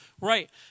Right